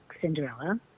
Cinderella